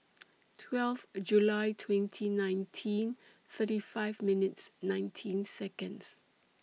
twelve A July twenty nineteen thirty five minutes nineteen Seconds